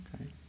Okay